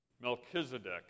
Melchizedek